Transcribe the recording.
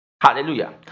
Hallelujah